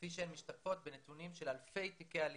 כפי שהן משתקפות בנתונים של אלפי תיקי עלייה,